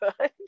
good